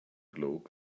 globe